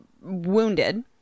wounded